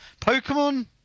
Pokemon